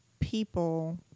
people